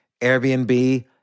Airbnb